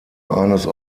eines